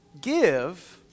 Give